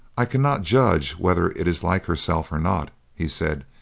i cannot judge whether it is like herself or not, he said,